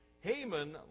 Haman